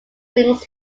brings